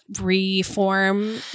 Reform